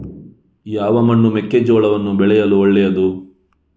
ಯಾವ ಮಣ್ಣು ಮೆಕ್ಕೆಜೋಳವನ್ನು ಬೆಳೆಯಲು ಒಳ್ಳೆಯದು?